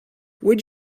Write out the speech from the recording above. would